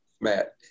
Matt